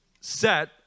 set